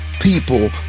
people